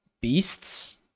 beasts